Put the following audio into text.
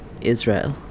Israel